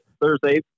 Thursday